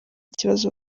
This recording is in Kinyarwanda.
kibazo